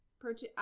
purchase